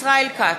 ישראל כץ,